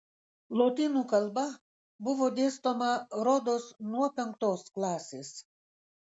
lotynų kalba buvo dėstoma rodos nuo penktos klasės